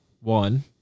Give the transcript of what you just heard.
One